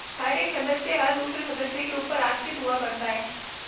हर एक सदस्य हर दूसरे सदस्य के ऊपर आश्रित हुआ करता है